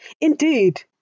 Indeed